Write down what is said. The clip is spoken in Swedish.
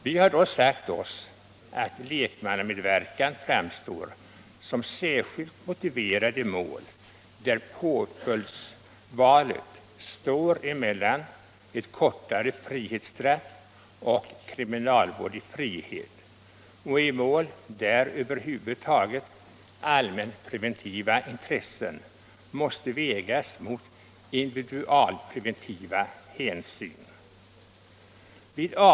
Vi har då sagt oss att lekmannamedverkan framstår som särskilt motiverad i mål, där påföljdsvalet står mellan ett kortare frihetsstraff och kriminalvård i frihet, och mål där över huvud taget allmänpreventiva intressen måste vägas mot individualpreventiva hänsyn.